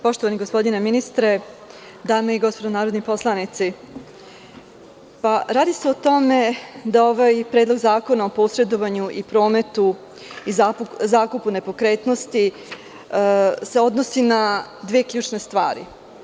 Poštovani gospodine ministre, dame i gospodo narodni poslanici, radi se o tome da ovaj predlog zakona o posredovanju i prometu i zakupu nepokretnosti se odnosi na dve ključne stvari.